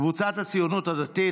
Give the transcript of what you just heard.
קבוצת סיעת הציונות הדתית,